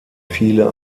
viele